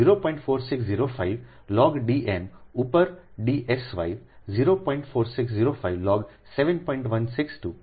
4605 log D m ઉપર D s y 0